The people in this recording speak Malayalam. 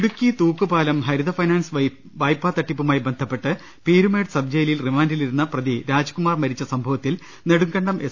ഇടുക്കി തൂക്കുപാലം ഹരിത ഫൈനാൻസ് വായ്പാ തട്ടിപ്പുമായി ബന്ധപ്പെട്ട് പീരുമേട് സബ്ബ് ജയിലിൽ റിമാന്റിലിരുന്ന പ്രതി രാജ്കുമാർ മരിച്ച ്സംഭവത്തിൽ നെടുങ്കണ്ടം എസ്